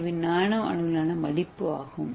ஏவின் நானோ அளவிலான மடிப்பு ஆகும்